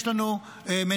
יש לנו מנהל,